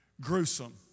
Gruesome